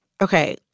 okay